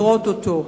לראות אותו,